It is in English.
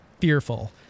fearful